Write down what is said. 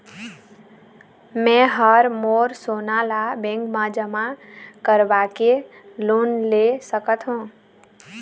मैं हर मोर सोना ला बैंक म जमा करवाके लोन ले सकत हो?